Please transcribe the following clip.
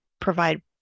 provide